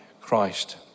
Christ